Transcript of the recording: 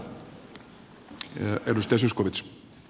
arvoisa herra puhemies